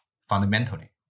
fundamentally